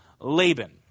Laban